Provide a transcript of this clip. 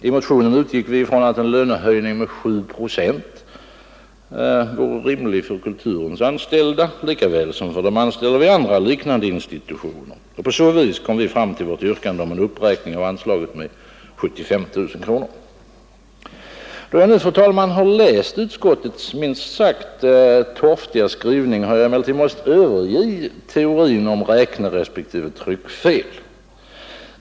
I motionen utgick vi ifrån att en lönehöjning med 7 procent vore rimlig för Kulturens anställda lika väl som för de anställda vid andra, liknande institutioner. På så sätt kom vi fram till vårt yrkande om en uppräkning av anslaget med 75 000 kronor. Sedan jag nu, fru talman, läst utskottets minst sagt torftiga skrivning har jag måst överge teorin om räknerespektive tryckfel.